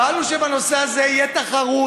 פעלנו כדי שבנושא הזה תהיה תחרות.